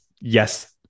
yes-